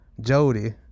Jody